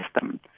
system